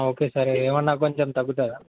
okay sir ఏమన్నా కొంచెం తగ్గుతుందా